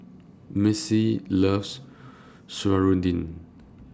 Missy loves Serunding